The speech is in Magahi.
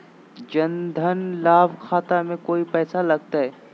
जन धन लाभ खाता में कोइ पैसों लगते?